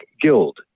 guild